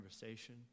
conversation